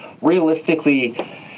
realistically